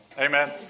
Amen